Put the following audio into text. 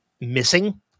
missing